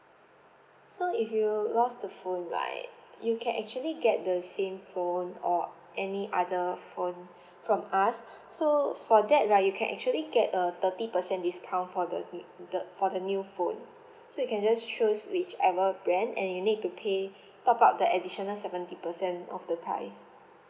so if you lost the phone right you can actually get the same phone or any other phone from us so for that right you can actually get a thirty percent discount for the the for the new phone so you can just choose whichever brand and you need to pay top up the additional seventy percent of the price